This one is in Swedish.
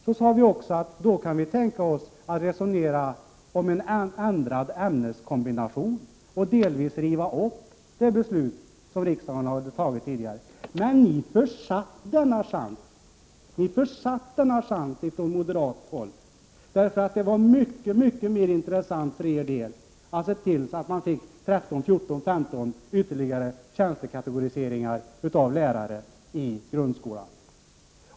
Vi kunde också tänka oss att resonera om en ändrad ämneskombination och därmed delvis riva upp det beslut som riksdagen hade fattat tidigare. Men moderaterna försatte den chansen. Det var nämligen mycket mer intressant för moderaternas del att se till att vi fick 13, 14, 15 ytterligare tjänsteklassificeringar i fråga om lärare i grundskolan.